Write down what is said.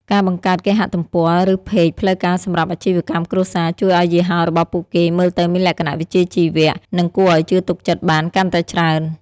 ការបង្កើតគេហទំព័រ ឬផេកផ្លូវការសម្រាប់អាជីវកម្មគ្រួសារ ជួយឱ្យយីហោរបស់ពួកគេមើលទៅមានលក្ខណៈវិជ្ជាជីវៈ និងគួរឱ្យជឿទុកចិត្តបានកាន់តែច្រើន។